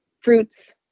fruits